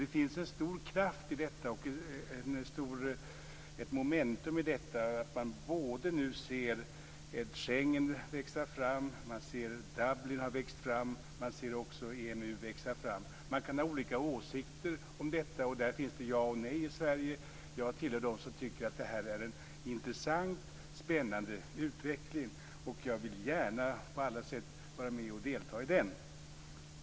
Det finns en stor kraft, ett momentum, i detta. Man ser nu Schengen växa fram, man ser att Dublin har växt fram och man ser också EMU växa fram. Man kan ha olika åsikter om detta. I Sverige finns det ja och nej. Jag tillhör dem som tycker att det här är en intressant och spännande utveckling, och jag vill gärna på alla sätt vara med och delta i den.